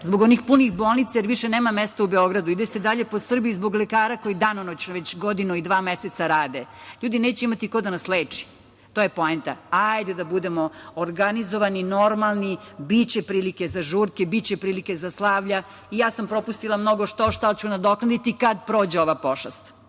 zbog onih punih bolnica, jer više nema mesta u Beogradu, ide se dalje po Srbiji zbog lekara koji danonoćno već godinu i dva meseca rade. Ljudi, neće imati ko da nas leči. To je poenta. Hajde da budemo organizovani, normalni. Biće prilike za žurke, biće prilike za slavlja. I ja sam propustila mnogo štošta, ali ću nadoknaditi kada prođe ova pošast. Što